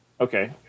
Okay